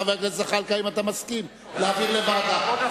חבר הכנסת זחאלקה, האם אתה מסכים להעביר לוועדה?